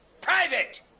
Private